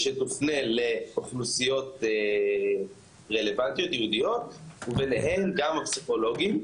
שתופנה לאוכלוסיות ייעודיות רלוונטיות וביניהן גם הפסיכולוגים.